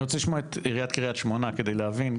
אני רוצה לשמוע את ראש עיריית שמונה כדי להבין.